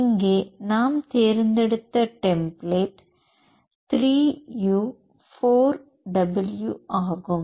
இங்கே நாம் தேர்ந்தெடுத்த டெம்ப்ளேட் 3 u 4 w ஆகும்